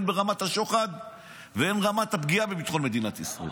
הן ברמת השוחד והן ברמת הפגיעה בביטחון מדינת ישראל.